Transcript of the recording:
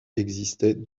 existaient